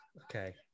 okay